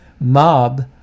mob